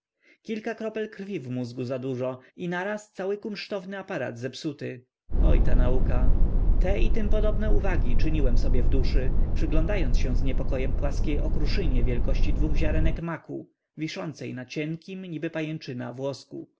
kilka kropel krwi w mózgu zadużo i naraz cały kunsztowny aparat zepsuty oj ta nauka te i tym podobne uwagi czyniłem sobie w duszy przyglądając się z niepokojem płaskiej okruszynie wielkości dwóch ziarnek maku wiszącej na cienkim niby pajęczyna włosku